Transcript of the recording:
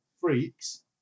freaks